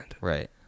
Right